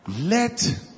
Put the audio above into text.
let